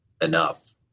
enough